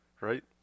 right